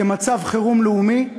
כמצב חירום לאומי,